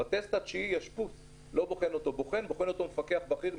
בטסט התשיעי בוחן אותו בוחן בכיר.